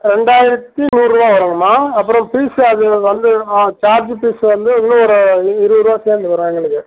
ரெண்டாயிரத்து நூறுவா வருங்கம்மா அப்புறம் ஃபீஸ் அது வந்து சார்ஜ் ஃபீஸ் வந்து இன்னும் ஒரு இருபதுரூவா சேர்ந்து வரும் எங்களுக்கு